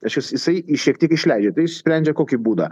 reiškias jisai šiek tiek išleidžia tai jis sprendžia kokį būdą